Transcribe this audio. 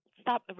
stop